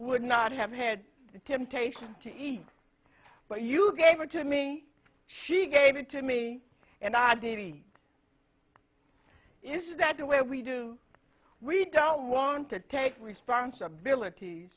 would not have had the temptation to eat but you gave it to me she gave it to me and i did eat is that the way we do we don't want to take responsibility